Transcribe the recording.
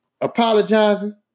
apologizing